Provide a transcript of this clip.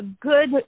good